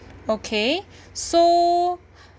okay so